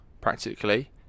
practically